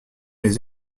les